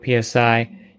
PSI